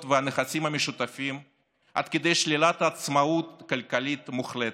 והנכסים המשותפים עד כדי שלילת עצמאות כלכלית מוחלטת.